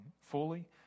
fully